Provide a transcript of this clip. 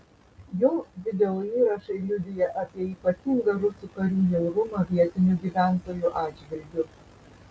jo videoįrašai liudija apie ypatingą rusų karių žiaurumą vietinių gyventojų atžvilgiu